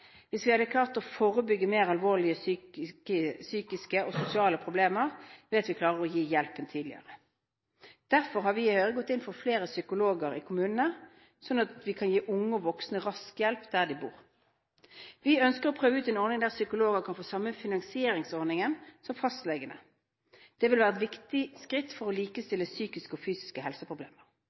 hvis vi hadde klart å forebygge mer alvorlige psykiske og sosiale problemer ved at å gi hjelpen tidligere. Derfor har vi i Høyre gått inn for flere psykologer i kommunene, slik at vi kan gi unge og voksne rask hjelp der de bor. Vi ønsker å prøve ut en ordning der psykologer kan få den samme finansieringsordningen som fastlegene. Det ville være et viktig skritt for å likestille psykiske og fysiske helseproblemer.